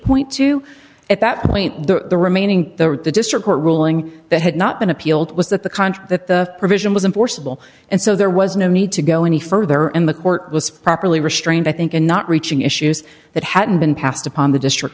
point two at that point the remaining the district court ruling that had not been appealed was that the contract that the provision was in forcible and so there was no need to go any further in the court was properly restrained i think in not reaching issues that hadn't been passed upon the district